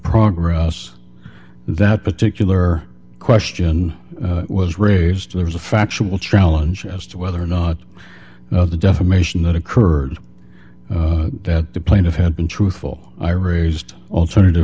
progress that particular question was raised there was a factual challenge as to whether or not now the defamation that occurred that the plaintiff had been truthful i raised alternative